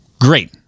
great